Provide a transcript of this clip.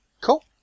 Cool